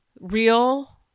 real